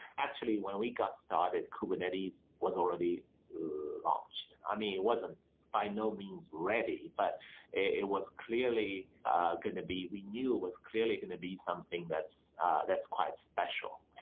actually, when we got started, kubernetes was already launched. i mean, it wasn't by no means ready, but it was clearly going to be we knew it was clearly going to be something that's that's quite special.